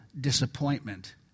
disappointment